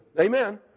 Amen